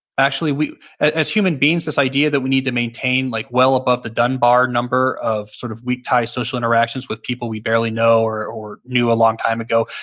actually, as human beings, this idea that we need to maintain like well above the dunbar number of sort of weak-tie social interactions with people we barely know or or knew a long time ago,